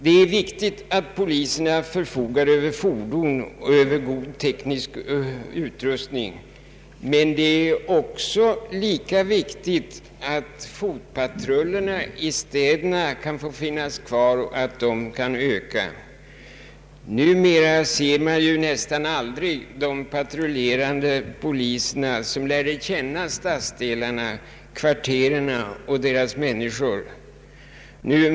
Det är viktigt att polisen förfogar över fordon och god teknisk utrustning, men det är lika viktigt att polisens fotpatruller i städerna får finnas kvar och öka i antal. Numera ser man nästan aldrig som förr patrullerande poliser, som lärde känna stadsdelarna, kvarteren och människor na.